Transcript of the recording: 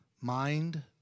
Mind